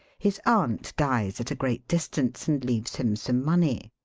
his aunt dies at a great distance and leaves him some money.